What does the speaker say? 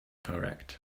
correct